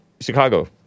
Chicago